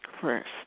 first